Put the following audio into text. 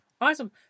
Awesome